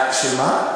מה?